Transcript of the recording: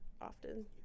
often